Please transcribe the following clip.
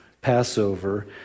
Passover